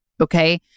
Okay